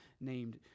named